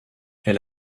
elle